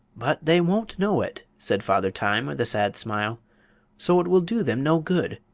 but they won't know it, said father time, with a sad smile so it will do them no good.